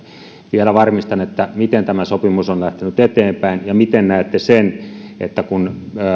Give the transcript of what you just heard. vielä varmistan miten tämä sopimus on lähtenyt eteenpäin ja miten näette sen että kun